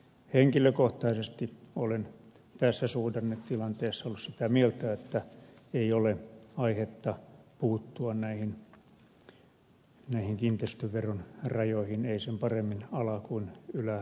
henkilökohtaisesti olen tässä suhdannetilanteessa ollut sitä mieltä että ei ole aihetta puuttua näihin kiinteistöveron rajoihin ei sen paremmin ala kuin ylärajaankaan